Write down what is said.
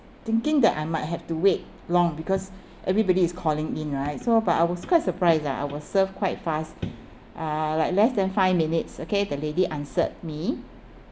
thinking that I might have to wait long because everybody is calling in right so but I was quite surprised ah I was served quite fast uh like less than five minutes okay the lady answered me